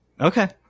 Okay